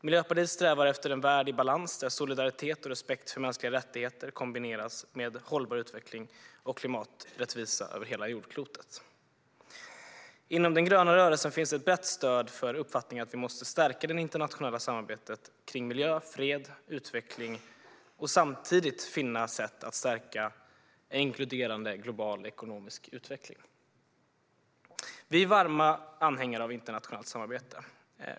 Miljöpartiet strävar efter en värld i balans, där solidaritet och respekt för mänskliga rättigheter kombineras med hållbar utveckling och klimaträttvisa över hela jordklotet. Inom den gröna rörelsen finns ett brett stöd för uppfattningen att vi måste stärka det internationella samarbetet kring miljö, fred och utveckling och samtidigt finna sätt att stärka en inkluderande global ekonomisk utveckling. Vi är varma anhängare av internationellt samarbete.